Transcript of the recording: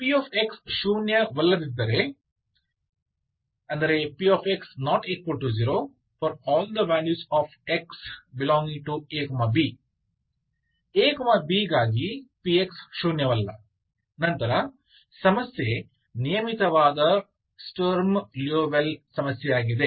px ಶೂನ್ಯವಲ್ಲದಿದ್ದರೆ px≠0 ∀ x ∈ab a b ಗಾಗಿ px ಶೂನ್ಯವಲ್ಲ ನಂತರ ಸಮಸ್ಯೆ ನಿಯಮಿತವಾದ ಸ್ಟರ್ಮ್ ಲಿಯೋವಿಲ್ಲೆ ಸಮಸ್ಯೆಯಾಗಿದೆ